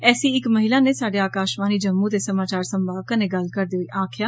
ऐसी इक महिला नै स्हाड़े आकाशवाणी जम्मू दे समाचार संभाग कन्नै गल्ल करदे होई आक्खेआ